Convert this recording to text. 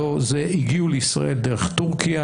הגיעו לישראל דרך טורקיה,